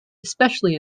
especially